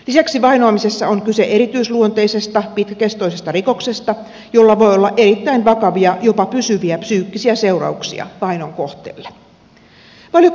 lisäksi vainoamisessa on kyse erityisluonteisesta pitkäkestoisesta rikoksesta jolla voi olla erittäin vakavia jopa pysyviä psyykkisiä seurauksia vainon kohteelle